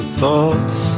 thoughts